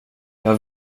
jag